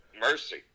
Mercy